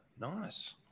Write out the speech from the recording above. Nice